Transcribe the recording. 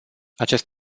acest